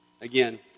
Again